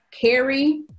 carry